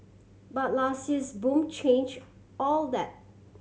but last year's boom change all that